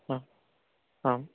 आम्